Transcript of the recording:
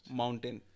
mountain